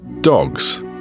dogs